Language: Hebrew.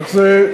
איך זה?